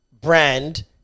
brand